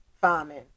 farming